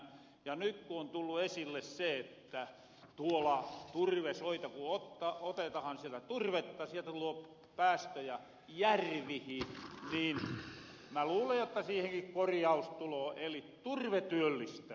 ja nyt kun on tullu esille se että etuilulla hurjille soita vuotta otteitaan turvesoilta ku otetahan sitä turvetta sieltä tuloo päästöjä järvihin niin mä luulen jotta siihenkin korjaus tuloo eli turve työllistää